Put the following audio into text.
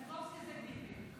מלינקובסקי זה ביבי.